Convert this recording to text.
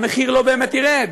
המחיר לא באמת ירד.